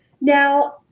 now